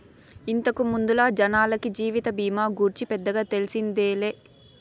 ఇంతకు ముందల జనాలకి జీవిత బీమా గూర్చి పెద్దగా తెల్సిందేలే